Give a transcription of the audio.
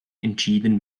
entschieden